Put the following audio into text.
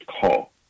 call